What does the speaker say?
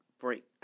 break